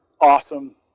awesome